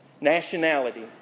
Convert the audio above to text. nationality